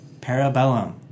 Parabellum